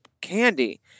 Candy